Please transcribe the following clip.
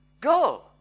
go